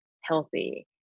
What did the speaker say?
healthy